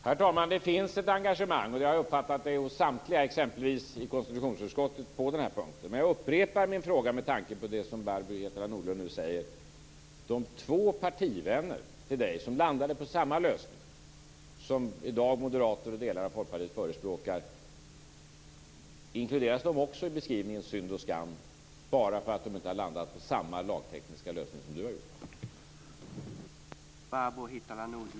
Herr talman! Det finns ett engagemang. Det har jag uppfattat hos samtliga i exempelvis konstitutionsutskottet på den här punkten. Men jag upprepar min fråga med tanke på det som Barbro Hietala Nordlund nu säger. Det gäller de två partivänner till Barbro Hietala Nordlund som landade på samma lösning som i dag Moderaterna och delar av Folkpartiet förespråkar: Inkluderas de också i beskrivningen synd och skam bara för att de inte har landat på samma lagtekniska lösning som Barbro Hietala Nordlund har gjort?